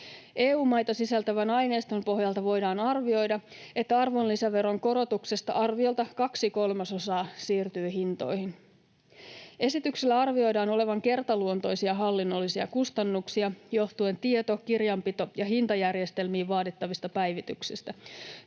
EU-maita sisältävän aineiston pohjalta voidaan arvioida, että arvonlisäveron korotuksesta arviolta kaksi kolmasosaa siirtyy hintoihin. Esityksellä arvioidaan olevan kertaluontoisia hallinnollisia kustannuksia johtuen tieto-, kirjanpito- ja hintajärjestelmiin vaadittavista päivityksistä.